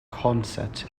consett